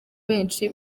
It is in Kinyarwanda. benshi